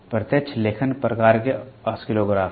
प्रत्यक्ष लेखन प्रकार के ऑसिलोग्राफ हैं